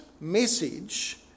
message